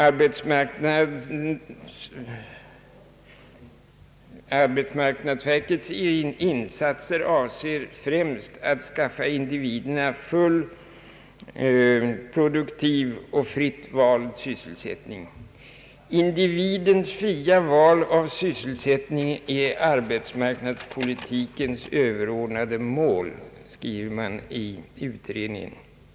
Arbetsmarknadsverkets insatser avser främst att skaffa individerna full, produktiv och fritt vald sysselsättning. »Individens fria val av sysselsättning är arbetsmarknadspolitikens överordnade mål», skriver man i utredningen.